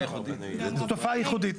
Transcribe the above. כן, תופעה ייחודית.